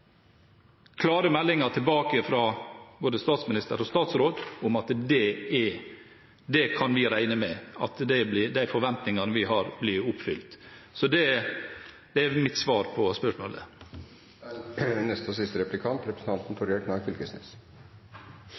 klare meldinger i tekst her, blir oppfylt. Vi har fått klare meldinger tilbake fra både statsminister og statsråd om at vi kan regne med at de forventningene som vi har, blir oppfylt. Det er mitt svar på det spørsmålet. Eg opplever at representanten frå Venstre er